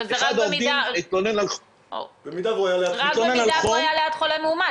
אחד העובדים התלונן על חום -- רק במידה והוא היה ליד חולה מאומת.